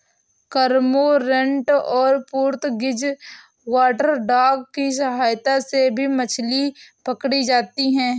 cormorant और Portuguese water dog की सहायता से भी मछली पकड़ी जाती है